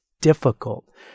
difficult